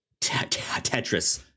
Tetris